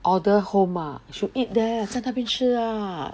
order home ah should eat there 在那边吃 lah